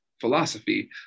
philosophy